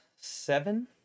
seven